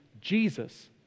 Jesus